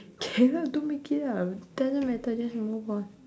cannot don't make it up doesn't matter just move on